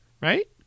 right